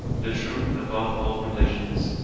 the truth above all religions,